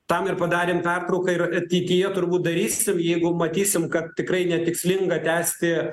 tam ir padarėm pertrauką ir ateityje turbūt darysim jeigu matysim kad tikrai netikslinga tęsti